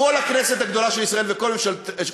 כל הכנסת הגדולה של ישראל וכל ממשלתה,